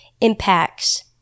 impacts